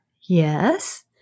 Yes